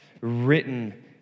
written